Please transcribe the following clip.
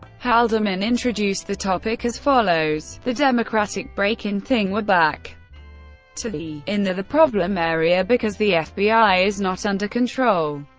haldeman introduced the topic as follows. the democratic break-in thing, we're back to the in the, the problem area, because the fbi is not under control,